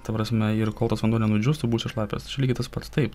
ta prasme ir kol tas vanduo nenudžiūsta būsi šlapias čia lygiai tas pats taip